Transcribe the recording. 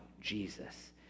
Jesus